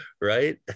right